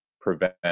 prevent